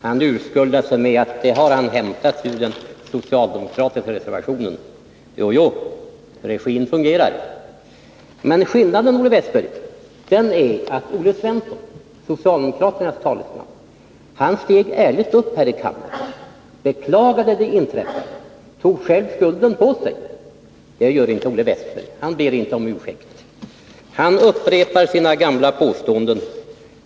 Han urskuldar sig med att han har hämtat dem ur den socialdemokratiska reservationen. Jojo, regin fungerar! Men skillnaden är att Olle Svensson — socialdemokraternas talesman — steg upp här i kammaren och ärligt beklagade det inträffade och själv tog skulden på sig. Så gör inte Olle Wästberg. Han ber inte om ursäkt, utan han upprepar sina gamla påståenden.